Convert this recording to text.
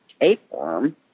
tapeworm